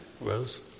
Rose